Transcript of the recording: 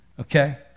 Okay